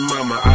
Mama